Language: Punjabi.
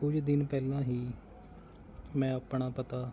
ਕੁਝ ਦਿਨ ਪਹਿਲਾਂ ਹੀ ਮੈਂ ਆਪਣਾ ਪਤਾ